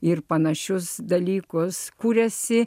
ir panašius dalykus kūrėsi